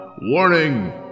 WARNING